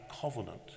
covenant